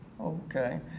Okay